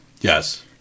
Yes